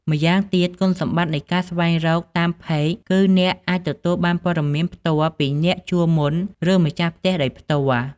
ម្យ៉ាងទៀត គុណសម្បត្តិនៃការស្វែងរកតាម ផេក គឺអ្នកអាចទទួលបានព័ត៌មានផ្ទាល់ពីអ្នកជួលមុន ឬម្ចាស់ផ្ទះដោយផ្ទាល់។